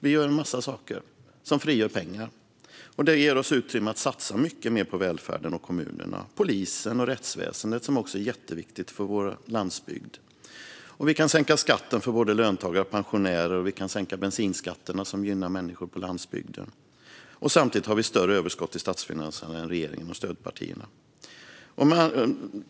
Vi gör en massa saker som frigör pengar, och det ger oss utrymme att satsa mycket mer på välfärden och kommunerna och på polisen och rättsväsendet, som också är jätteviktiga för vår landsbygd. Vi kan sänka skatten för både löntagare och pensionärer och sänka bensinskatten, vilket gynnar människor på landsbygden. Samtidigt har vi större överskott i statsfinanserna än regeringen och stödpartierna.